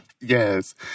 Yes